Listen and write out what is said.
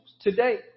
today